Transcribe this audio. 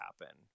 happen